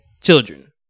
children